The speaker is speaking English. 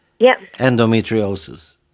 endometriosis